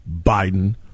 Biden